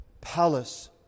palace